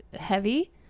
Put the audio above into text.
heavy